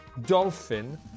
dolphin